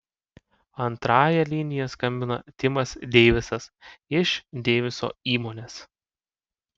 antrąja linija skambina timas deivisas iš deiviso įmonės